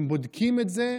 הם בודקים את זה,